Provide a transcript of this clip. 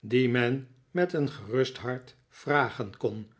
dien men met een gerust hart vragen kon